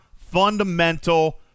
fundamental